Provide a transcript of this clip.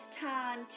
time